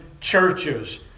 churches